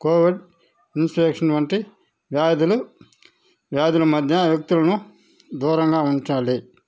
Covid infection వంటి వ్యాధులు వ్యాధుల మధ్య వ్యక్తులను దూరంగా ఉంచాలి